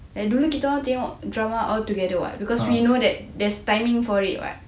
dulu kita tengok drama together [what] because there is timing for it [what]